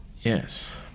Yes